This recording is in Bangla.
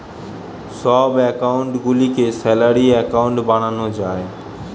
সব অ্যাকাউন্ট গুলিকে স্যালারি অ্যাকাউন্ট বানানো যায়